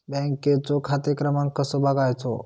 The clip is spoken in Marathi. बँकेचो खाते क्रमांक कसो बगायचो?